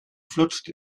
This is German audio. flutscht